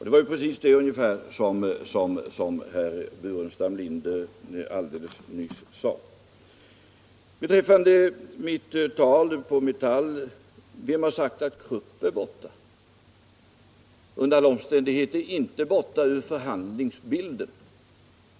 Det var ungefär det som herr Burenstam Linder sade alldeles nyss. När det gäller mitt tal på Metall vill jag säga: Vem har sagt att Krupp är borta ur bilden? Under alla omständigheter är Krupp inte borta ur förhandlingsbilden.